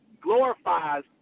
glorifies